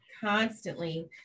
constantly